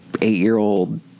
eight-year-old